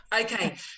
Okay